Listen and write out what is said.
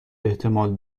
احتمال